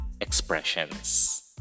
expressions